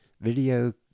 video